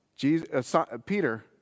Peter